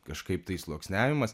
kažkaip tai sluoksniavimas